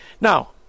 Now